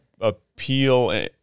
appeal